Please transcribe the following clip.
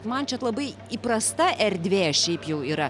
man čia labai įprasta erdvė šiaip jau yra